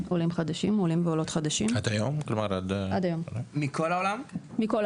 חדשים, עולים ועולות חדשים מכל העולם.